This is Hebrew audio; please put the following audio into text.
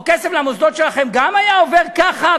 או כסף למוסדות שלכם גם היה עובר ככה,